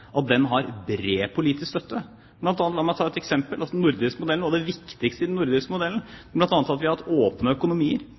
har bred politisk støtte, la meg ta et eksempel: Noe av det viktigste i den nordiske modellen